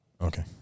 Okay